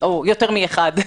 או יותר מאחד,